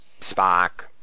Spock